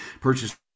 Purchase